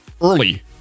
early